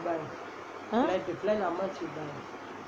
ah